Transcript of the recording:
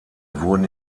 wurden